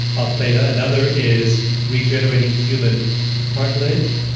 ah theta another is regenerating human cartilage.